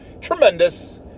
tremendous